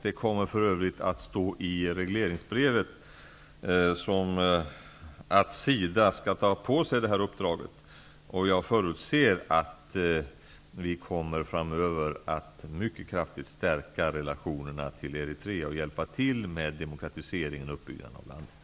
Det kommer för övrigt att stå i regleringsbrevet att SIDA skall ta på sig detta uppdrag. Jag förutser att vi framöver kommer att mycket kraftigt stärka relationerna till Eritrea och hjälpa till med demokratiseringen och uppbyggnaden av landet.